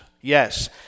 Yes